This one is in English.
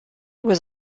was